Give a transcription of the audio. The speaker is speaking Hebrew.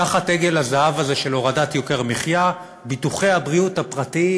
תחת עגל הזהב הזה של הורדת יוקר מחיה: ביטוחי הבריאות הפרטיים